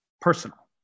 personal